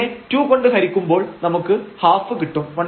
അതിനെ 2 കൊണ്ട് ഹരിക്കുമ്പോൾ നമുക്ക് 12 കിട്ടും